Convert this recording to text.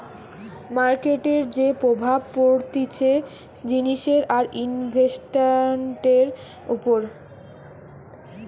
মার্কেটের যে প্রভাব পড়তিছে জিনিসের আর ইনভেস্টান্টের উপর